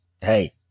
hey